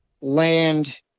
land